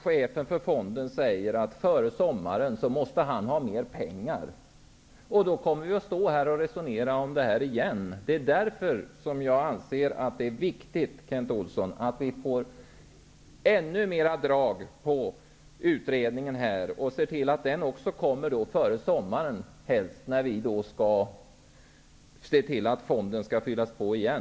Chefen för fonden säger att han måste ha mer pengar före sommaren, och då kommer vi att stå här igen och resonera om detta. Det är därför som jag anser att det är viktigt att det blir ännu mera drag i utredningen, Kent Olsson, så att den helst blir klar före sommaren, då fonden skall fyllas på igen.